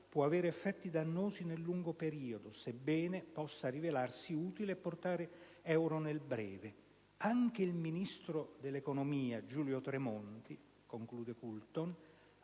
«può avere effetti dannosi nel lungo periodo, sebbene possa rivelarsi utile portare euro nel breve. Anche il ministro Tremonti», conclude Coulton,